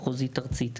מחוזית וארצית,